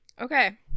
okay